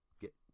Get